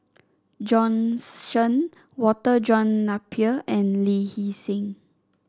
Bjorn Shen Walter John Napier and Lee Hee Seng